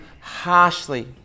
harshly